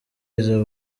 izo